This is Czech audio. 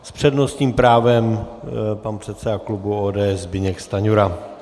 S přednostním právem pan předseda klubu ODS Zbyněk Stanjura.